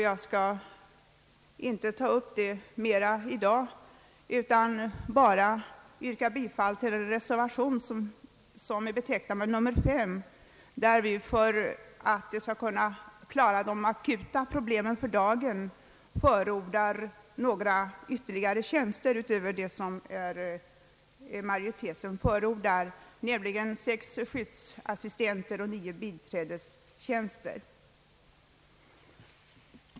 Jag skall inte beröra detta mera i dag utan vill bara yrka bifall till reservationen vid punkten 19, där vi för att klara de akuta problemen för dagen förordar ytterligare några tjänster utöver dem som majoriteten föreslagit, nämligen sex skyddsassistenttjänster och nio biträdestjänster.